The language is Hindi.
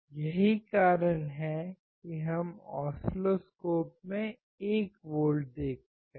यही कारण है कि हम ऑसिलोस्कोप में 1 वोल्ट देखते हैं